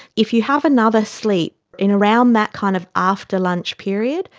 if you have another sleep in around that kind of after-lunch period,